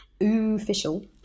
official